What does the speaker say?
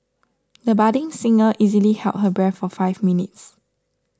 the budding singer easily held her breath for five minutes